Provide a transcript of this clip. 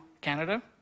Canada